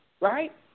Right